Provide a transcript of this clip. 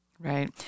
Right